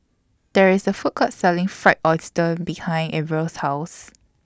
There IS A Food Court Selling Fried Oyster behind Arvil's House